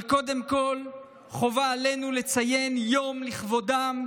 קודם כול חובה עלינו לציין יום לכבודם,